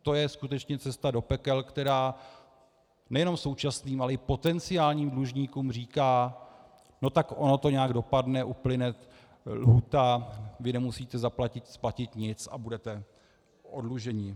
To je skutečně cesta do pekel, která nejen současným, ale i potenciálním dlužníkům říká: No, tak ono to nějak dopadne, uplyne lhůta, vy nemusíte splatit nic a budete oddluženi.